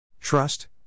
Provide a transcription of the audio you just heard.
Trust